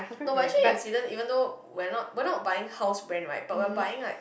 no but actually in Sweden even though we are not we are not buying house brand right but we are buying like